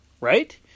Right